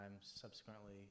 Subsequently